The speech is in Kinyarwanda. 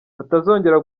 batazongera